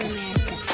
America